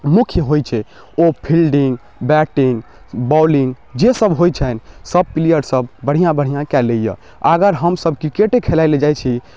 मुख्य होइ छै ओ फील्डिङ्ग बैटिङ्ग बॉलिङ्ग जेसब होइ छनि सभ प्लेअरसभ बढ़िआँ बढ़िआँ कऽ लैए अगर हमसब किरकेटे खेलाएलए जाइ छी